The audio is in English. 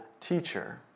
teacher